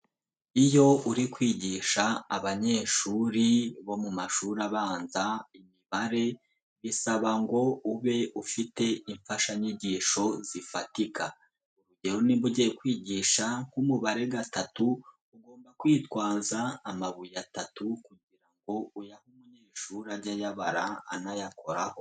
Iyo uri kwigisha abanyeshuri bo mu mashuri abanza imibare, bisaba ngo ube ufite imfashanyigisho zifatika, rero niba ugiye kwigisha nk'umubare gatatu, ugomba kwitwaza amabuye atatu kugira ngo uyahe munyeshuri, ajye ayabara, anayakoraho.